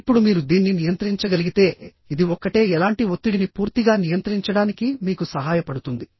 ఇప్పుడు మీరు దీన్ని నియంత్రించగలిగితే ఇది ఒక్కటే ఎలాంటి ఒత్తిడిని పూర్తిగా నియంత్రించడానికి మీకు సహాయపడుతుంది